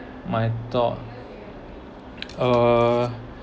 my thought uh